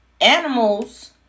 Animals